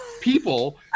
people